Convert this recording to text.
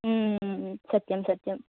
सत्यं सत्यम्